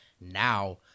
now